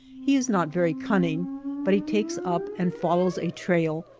he is not very cunning but he takes up and follows a trail,